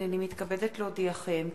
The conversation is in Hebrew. הנני מתכבדת להודיעכם,